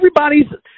everybody's